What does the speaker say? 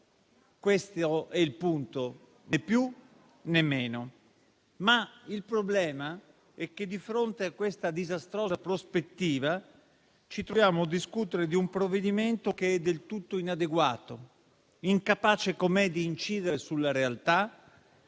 Questo è il punto, né più né meno. Il problema è che, di fronte a questa disastrosa prospettiva, ci troviamo a discutere di un provvedimento che è del tutto inadeguato, incapace com'è di incidere sulla realtà e